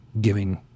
giving